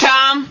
Tom